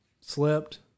Slept